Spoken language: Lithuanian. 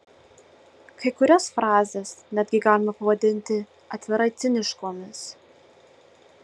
kai kurias frazes netgi galima pavadinti atvirai ciniškomis